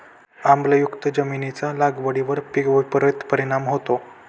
आम्लयुक्त जमिनीचा लागवडीवर विपरीत परिणाम होतो